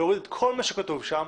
להוריד את כל מה שכתוב שם